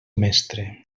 mestre